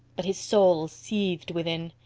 but his soul seethed within.